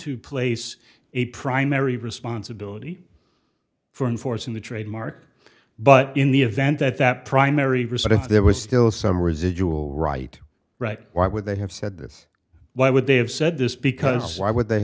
to place a primary responsibility for enforcing the trademark but in the event that that primary resort if there was still some residual right right why would they have said this why would they have said this because why would they